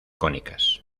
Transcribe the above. cónicas